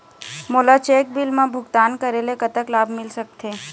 मोला cheque bill मा भुगतान करेले कतक लाभ मिल सकथे?